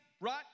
right